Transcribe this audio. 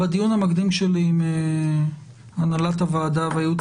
בדיון המקדים שלי עם הנהלת הוועדה והייעוץ